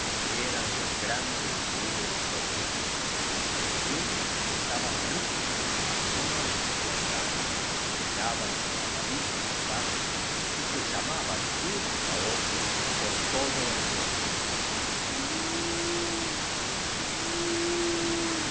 eran los grandes buhos cornudos sus plumas estaban rígidas pero no les importaba giraban sus amarillos ojazos y se llamaban unos á otros por todo el bosque